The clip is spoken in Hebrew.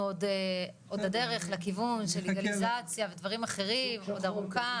עוד הדרך לכיוון של לגליזציה ודברים אחרים עוד ארוכה